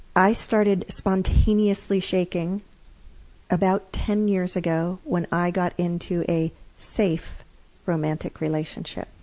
i started spontaneously shaking about ten years ago when i got into a safe romantic relationship.